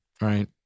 right